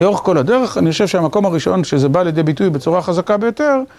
לאורך כל הדרך, אני חושב שהמקום הראשון שזה בא לידי ביטוי בצורה חזקה ביותר,